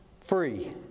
free